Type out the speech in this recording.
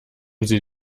sie